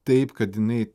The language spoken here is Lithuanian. taip kad jinai